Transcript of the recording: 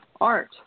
art